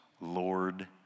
Lord